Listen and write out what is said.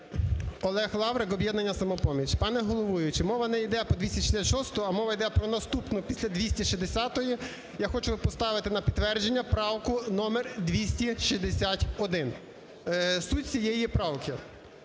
Олег Лаврик, "Об'єднання "Самопоміч". Пане головуючий, мова не йде про 266-у, а мова йде про наступну після 260-ї. Я хочу поставити на підтвердження правку номер 261. Суть цієї правки.